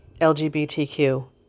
LGBTQ